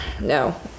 No